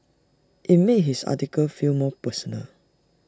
IT made his article feel more personal